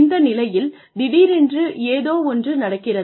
இந்த நிலையில் திடீரென ஏதோவொன்று நடக்கிறது